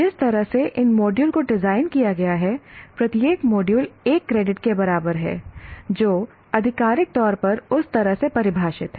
जिस तरह से इन मॉड्यूल को डिजाइन किया गया है प्रत्येक मॉड्यूल 1 क्रेडिट के बराबर है जो आधिकारिक तौर पर उस तरह से परिभाषित है